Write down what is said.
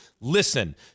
listen